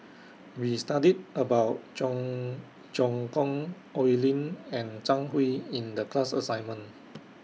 We studied about Cheong Choong Kong Oi Lin and Zhang Hui in The class assignment